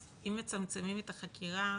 אז אם מצמצמים את החקירה,